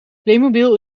playmobil